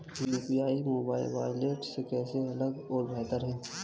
UPI mobile wallet से कैसे अलग और बेहतर है?